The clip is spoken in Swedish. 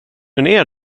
ner